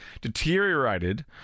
deteriorated